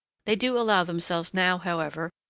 they do allow themselves now, however,